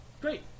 great